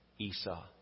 Esau